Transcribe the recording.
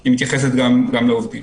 היא מתייחסת גם לעובדים.